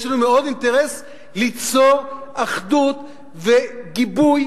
יש לנו מאוד אינטרס ליצור אחדות וגיבוי